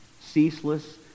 ceaseless